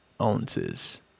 ounces